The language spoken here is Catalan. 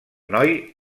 noi